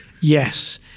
Yes